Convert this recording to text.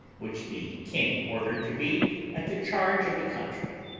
which the king ordered to be at the charge of the country.